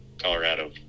Colorado